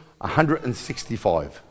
165